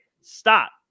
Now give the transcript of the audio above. Stop